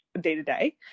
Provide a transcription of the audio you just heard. day-to-day